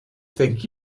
think